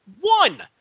One